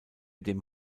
dem